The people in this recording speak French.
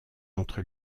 entre